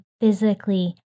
physically